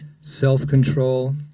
Self-control